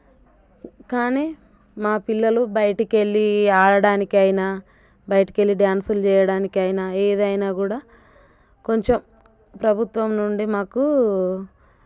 కానీ మా పిల్లలు బయటికి వెళ్ళి ఆడటానికి అయినా బయటకి వెళ్ళి డాన్సులు చేయడానికైనా ఏదైనా కూడా కొంచెం ప్రభుత్వం నుండి మాకు